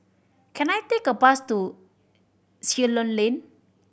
can I take a bus to Ceylon Lane